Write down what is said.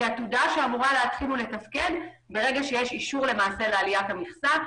כעתודה שאמורה להתחיל ולתפקד ברגע שיש אישור לעליית המכסה.